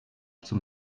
zum